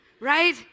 Right